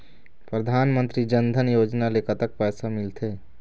परधानमंतरी जन धन योजना ले कतक पैसा मिल थे?